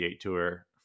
Tour